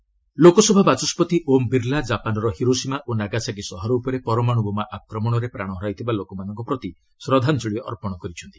LS Japan tribute Lok Sabha ବାଚସ୍କତି ଓମ୍ ବିର୍ଲା କାପାନ୍ର Hiroshima ଓ ନାଗାସାକି ସହର ଉପରେ ପରମାଣୁ ବୋମା ଆକ୍ରମଣରେ ପ୍ରାଣ ହରାଇଥିବା ଲୋକମାନଙ୍କ ପ୍ରତି ଶ୍ରଦ୍ଧାଞ୍ଜଳୀ ଅର୍ପଣ କରିଛନ୍ତି